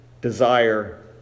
desire